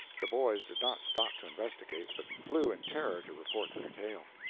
the boys did not stop to investigate, but flew in terror to report their tale.